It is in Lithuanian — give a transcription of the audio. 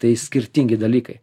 tai skirtingi dalykai